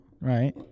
Right